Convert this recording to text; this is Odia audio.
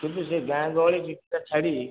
କିନ୍ତୁ ସେ ଗାଁ ଗହଳି ଚିକିତ୍ସା ଛାଡ଼ି